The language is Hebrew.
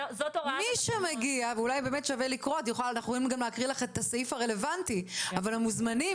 אנחנו יכולים לקרוא לך את הסעיף הרלוונטי המוזמנים